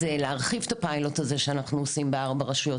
זה להרחיב את הפיילוט הזה שאנחנו עושים בארבע רשויות